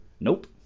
nope